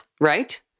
Right